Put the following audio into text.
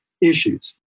issues